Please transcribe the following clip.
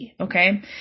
okay